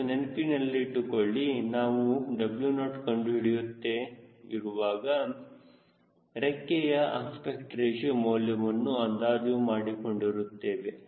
ಮತ್ತು ನೆನಪಿನಲ್ಲಿಟ್ಟುಕೊಳ್ಳಿ ನಾವು W0 ಕಂಡು ಹಿಡಿಯುತ್ತೆ ಇರುವಾಗ ರೆಕ್ಕೆಯ ಅಸ್ಪೆಕ್ಟ್ ರೇಶಿಯೋ ಮೌಲ್ಯವನ್ನು ಅಂದಾಜು ಮಾಡಿಕೊಂಡಿರುತ್ತೇವೆ